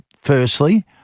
firstly